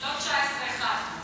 לא 19, אחד.